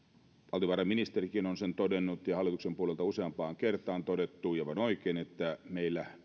valtiovarainministerikin on sen todennut ja hallituksen puolelta on useampaan kertaan todettu aivan oikein että meillä